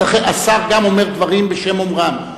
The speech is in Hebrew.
השר גם אומר דברים בשם אומרם,